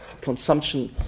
consumption